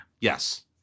Yes